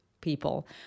people